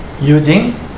using